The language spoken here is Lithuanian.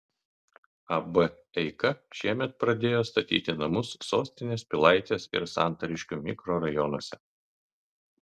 ab eika šiemet pradėjo statyti namus sostinės pilaitės ir santariškių mikrorajonuose